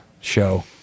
show